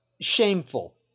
shameful